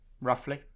roughly